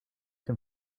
dem